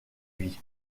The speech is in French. vie